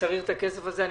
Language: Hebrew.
צריך את הכסף הזה.